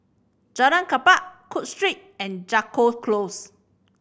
Jalan Klapa Cook Street and Jago Close